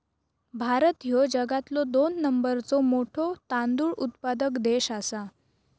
भारत ह्यो जगातलो दोन नंबरचो मोठो तांदूळ उत्पादक देश आसा